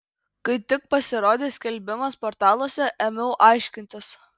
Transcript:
kai tik pasirodė skelbimas portaluose ėmiau aiškintis